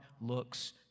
looks